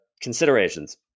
considerations